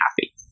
happy